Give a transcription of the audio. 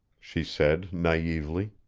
she said naively.